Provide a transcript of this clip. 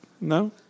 No